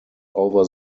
over